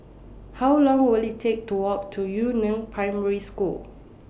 How Long Will IT Take to Walk to Yu Neng Primary School